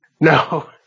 no